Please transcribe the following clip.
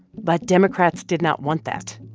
but democrats did not want that.